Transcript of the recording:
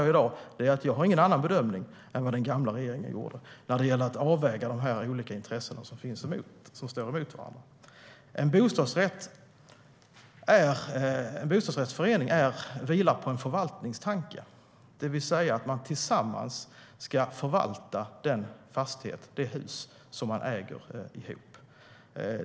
I dag gör jag ingen annan bedömning än vad den gamla regeringen gjorde när det gäller att avväga de olika intressen som står emot varandra. En bostadsrättförening vilar på en förvaltningstanke, det vill säga att man tillsammans ska förvalta det hus som man äger ihop.